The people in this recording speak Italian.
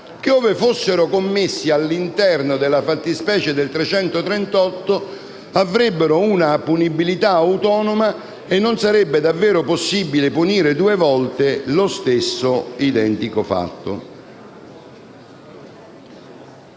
che, ove fossero commessi all'interno della fattispecie prevista dall'articolo 338, avrebbero una punibilità autonoma e non sarebbe davvero possibile punire due volte lo stesso identico fatto.